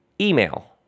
email